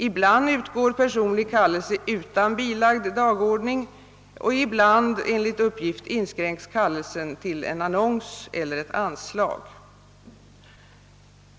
Ibland utgår personlig kallelse utan bilagd dagordning, och ibland inskränks kallelsen till en annons eller ett anslag.